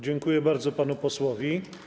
Dziękuję bardzo panu posłowi.